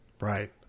Right